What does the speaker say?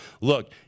look